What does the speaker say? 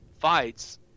fights